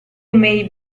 may